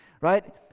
right